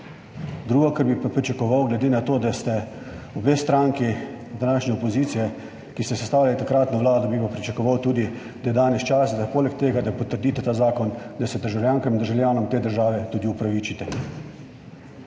Drugo, kar bi pa pričakoval, glede na to, da sta obe stranki današnje opozicije, ki sta sestavljali takratno vlado, bi pa pričakoval tudi, da je danes čas, da poleg tega, da potrdite ta zakon, da se državljankam in državljanom te države tudi opravičite.